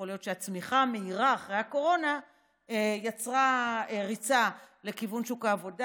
יכול להיות שהצמיחה המהירה אחרי הקורונה יצרה ריצה לכיוון שוק העבודה,